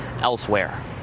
elsewhere